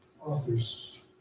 authors